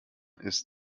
ist